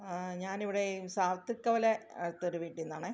ആ ഞാനിവിടെ ഈ സാത്തിക്കൊലെ അടുത്തൊരു വീട്ടീന്നാണെ